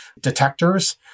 detectors